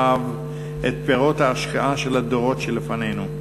את פירות ההשקעה של הדורות שלפנינו.